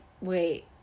wait